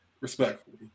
respectfully